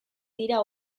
dira